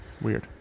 Weird